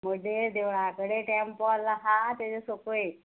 मोड्डेर देवळा कडे टेंपोल आहा तेजे सोकोयल